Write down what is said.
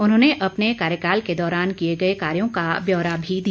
उन्होंने अपने कार्यकाल के दौरान किए गए कार्यो का ब्यौरा भी दिया